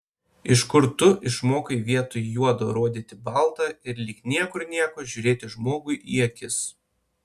iš kur tu išmokai vietoj juodo rodyti balta ir lyg niekur nieko žiūrėti žmogui į akis